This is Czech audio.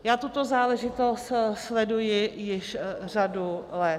Já tuto záležitost sleduji již řadu let.